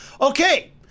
Okay